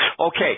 Okay